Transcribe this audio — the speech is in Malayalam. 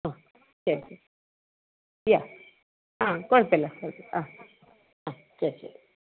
ആ ശരി ശരി ഇല്ല ആ കുഴപ്പം ഇല്ല കുഴപ്പം ഇല്ല ആ അ ശരി ശരി